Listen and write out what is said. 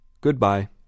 Goodbye